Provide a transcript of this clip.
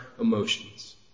emotions